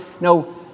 No